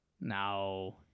No